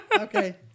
Okay